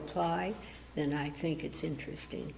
apply and i think it's interesting